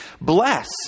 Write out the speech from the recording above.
bless